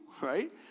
right